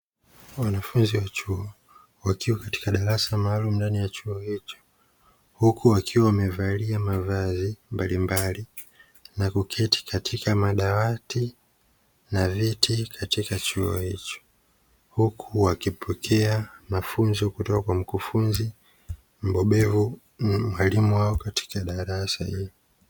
Wanafunzi wa chuo wakiwa katika darasa maalumu ndani chuo hicho, huku wakiwa wamevalia mavazi mbalimbali na kuketi katika madawati na viti katika chuo hicho. Huku wakipokea mafunzo kutoka kwa mkufunzi mbobezi, mwalimu wao katika darasa hilo.